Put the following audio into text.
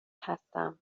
هستم